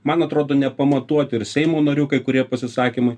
man atrodo nepamatuoti ir seimo narių kai kurie pasisakymai